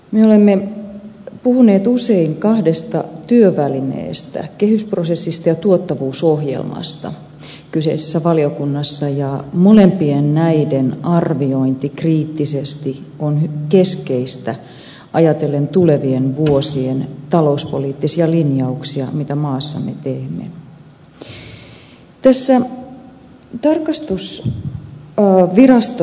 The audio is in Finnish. me olemme puhuneet usein kahdesta työvälineestä kehysprosessista ja tuottavuusohjelmasta kyseisessä valiokunnassa ja molempien näiden arviointi kriittisesti on keskeistä ajatellen tulevien vuosien talouspoliittisia linjauksia joita maassamme tehdään